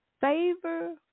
Favor